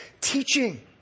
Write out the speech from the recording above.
teaching